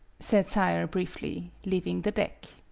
said sayre, briefly, leaving the deck.